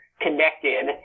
connected